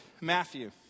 Matthew